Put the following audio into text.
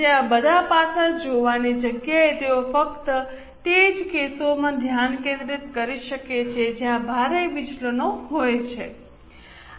તેથી બધા પાસાં જોવાની જગ્યાએ તેઓ ફક્ત તે જ કેસોમાં ધ્યાન કેન્દ્રિત કરી શકે છે જ્યાં ભારે વિચલનો હોય છે